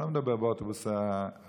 אני לא מדבר על האוטובוס הרגיל.